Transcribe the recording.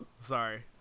Sorry